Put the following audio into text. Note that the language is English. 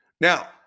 Now